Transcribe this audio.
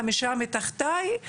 חמישה מתחתי,